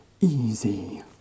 easy